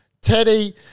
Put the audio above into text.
Teddy